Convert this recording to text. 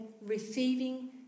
receiving